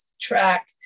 track